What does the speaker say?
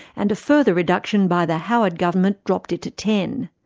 and a further reduction by the howard government dropped it to ten